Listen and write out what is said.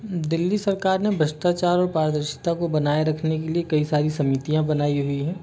दिल्ली सरकार ने भ्रष्टाचार और पारदर्शिता को बनाए रखने के लिए कई सारी समितियाँ बनाई हुई है